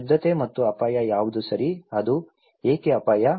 ಶುದ್ಧತೆ ಮತ್ತು ಅಪಾಯ ಯಾವುದು ಸರಿ ಅದು ಏಕೆ ಅಪಾಯ